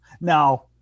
Now